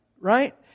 Right